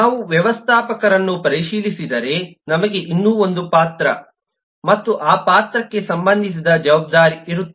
ನಾವು ವ್ಯವಸ್ಥಾಪಕರನ್ನು ಪರಿಶೀಲಿಸಿದರೆ ನಮಗೆ ಇನ್ನೂ ಒಂದು ಪಾತ್ರ ಮತ್ತು ಆ ಪಾತ್ರಕ್ಕೆ ಸಂಬಂಧಿಸಿದ ಜವಾಬ್ದಾರಿ ಇರುತ್ತದೆ